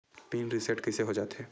Pin reset कइसे हो जाथे?